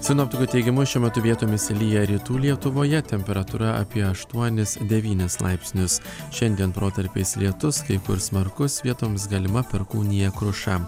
sinoptikų teigimu šiuo metu vietomis lyja rytų lietuvoje temperatūra apie aštuonis devynis laipsnius šiandien protarpiais lietus kai kur smarkus vietomis galima perkūnija kruša